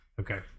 Okay